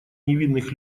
невинных